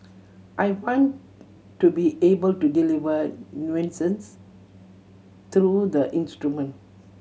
I want to be able to deliver nuances through the instrument